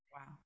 Wow